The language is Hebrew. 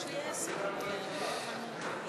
לשנת הכספים 2018, נתקבל.